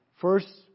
First